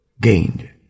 gained